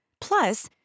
Plus